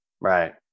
Right